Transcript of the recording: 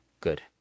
good